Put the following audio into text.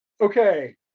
okay